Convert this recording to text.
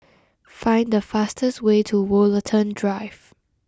find the fastest way to Woollerton Drive